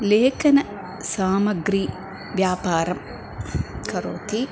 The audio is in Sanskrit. लेखनसामग्रेः व्यापारं करोति